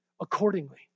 accordingly